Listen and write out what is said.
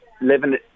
living